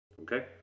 Okay